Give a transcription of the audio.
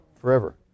forever